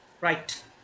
Right